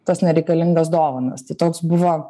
tas nereikalingas dovanas tai toks buvo